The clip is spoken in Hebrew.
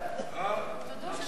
עכשיו אתה,